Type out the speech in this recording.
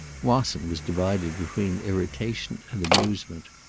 wasson was divided between irritation and amusement.